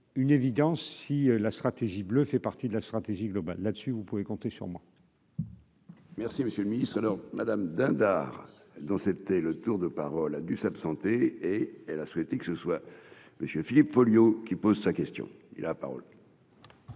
une évidence si la stratégie bleu fait partie de la stratégie globale là-dessus vous pouvez compter sur moi. Merci monsieur le ministre, alors Madame Dindar dans c'était le tour de parole, a dû s'absenter, et elle a souhaité que ce soit monsieur Philippe Folliot, qui pose sa question et la parole.